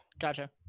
Gotcha